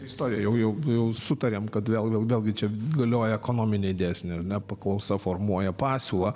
istorija jau jau jau sutarėm kad vėl vėlgi čia galioja ekonominiai dėsniai paklausa formuoja pasiūlą